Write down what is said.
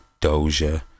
doja